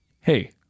Hey